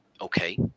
Okay